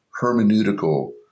hermeneutical